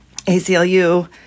ACLU